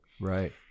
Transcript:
Right